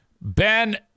Ben